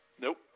Nope